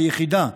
ליחידה,